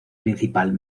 principal